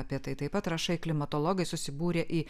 apie tai taip pat rašai klimatologai susibūrė į